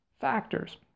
factors